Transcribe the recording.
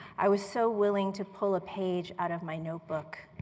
i was so willing to pull a page out of my notebook,